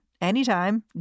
anytime